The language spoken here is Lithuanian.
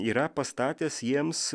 yra pastatęs jiems